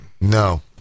No